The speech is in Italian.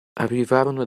arrivarono